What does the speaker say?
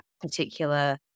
particular